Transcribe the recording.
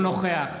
(קורא בשמות חברי הכנסת)